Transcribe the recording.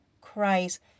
Christ